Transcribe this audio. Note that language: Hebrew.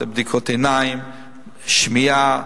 את בדיקות העיניים והשמיעה,